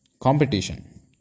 competition